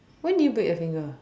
when did you break your finger